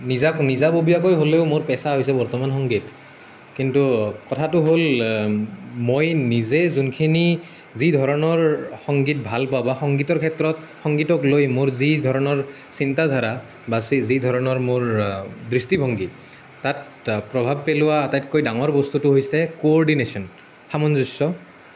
নিজা নিজাববীয়াকৈ হ'লেও মোৰ পেছা হৈছে বৰ্তমান সংগীত কিন্তু কথাটো হ'ল মই নিজে যোনখিনি যি ধৰণৰ সংগীত ভাল পাওঁ বা সংগীতৰ ক্ষেত্ৰত সংগীতক লৈ মোৰ যিধৰণৰ চিন্তা ধাৰা বা চি যিধৰণৰ মোৰ দৃষ্টিভংগী তাত প্ৰভাৱ পেলোৱা আটাইতকৈ ডাঙৰ বস্তুটো হৈছে কোৰ্ডিনেশ্য়ন সামঞ্জস্য়